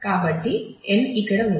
కాబట్టి n ఇక్కడ ఉంది